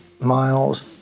Miles